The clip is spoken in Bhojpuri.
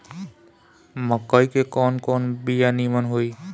मकई के कवन कवन बिया नीमन होई?